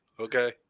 Okay